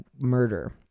murder